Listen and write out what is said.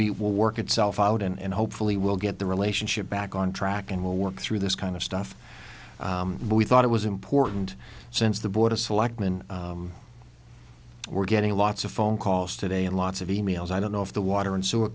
be will work itself out and hopefully we'll get the relationship back on track and we'll work through this kind of stuff we thought it was important since the board of selectmen we're getting lots of phone calls today and lots of e mails i don't know if the water and so